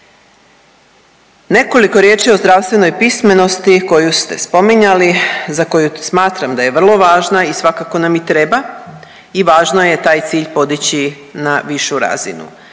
Nekoliko riječi o zdravstvenoj pismenosti koju ste spominjali, za koju smatram da je vrlo važna i svakako nam i treba i važno je taj cilj podići na višu razinu.